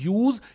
use